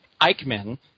Eichmann